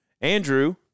Andrew